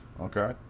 okay